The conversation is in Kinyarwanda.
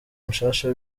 mushasha